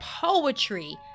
poetry